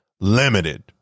Limited